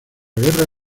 guerra